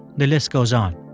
the list goes on.